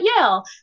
Yale